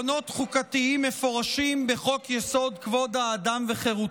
כעקרונות חוקתיים מפורשים בחוק-יסוד: כבוד האדם וחירותו.